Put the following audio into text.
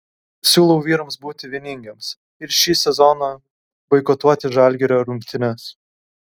siūlau vyrams būti vieningiems ir šį sezoną boikotuoti žalgirio rungtynes